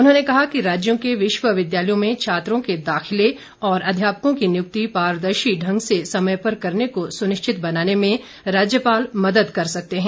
उन्होंने कहा कि राज्यों के विश्वविद्यालयों में छात्रों के दाखिले और अध्यापकों की नियुक्ति पारदर्शी ढंग से समय पर करने को सुनिश्चित बनाने में राज्यपाल मदद कर सकते हैं